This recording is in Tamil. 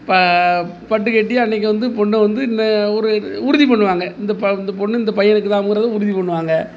ப பட்டு கட்டி அன்றைக்கி வந்து பொண்ணை வந்து இன்ன உறு உறுதி பண்ணுவாங்க இந்த ப இந்த பொண்ணு இந்த பையனுக்கு தான் அப்படிங்குறத உறுதி பண்ணுவாங்க